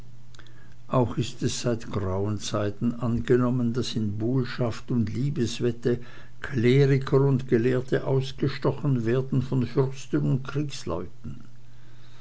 auch ist es seit grauen zeiten angenommen daß in buhlschaft und liebeswette kleriker und gelehrte ausgestochen werden von fürsten und